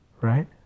Right